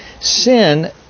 sin